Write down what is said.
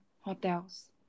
hotels